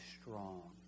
strong